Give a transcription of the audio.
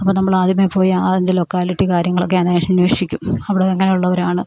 അപ്പോൾ നമ്മളാദ്യമേ പോയി ആ അതിൻ്റെ ലൊക്കാലിറ്റി കാര്യങ്ങളൊക്കെ അന്വേഷിക്കും അവിടെ എങ്ങനെയുള്ളവരാണ്